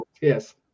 Yes